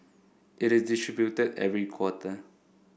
it is distributed every quarter